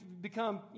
become